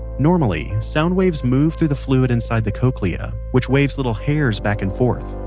normally, sound waves move through the fluid inside the cochlea, which waves little hairs back and forth.